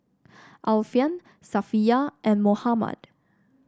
Alfian Safiya and Muhammad